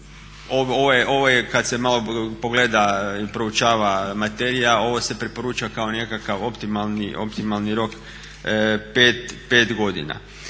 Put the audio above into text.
ovo je kad se pogleda i proučava materija ovo se preporuča kao nekakav optimalni rok 5 godina.